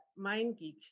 MindGeek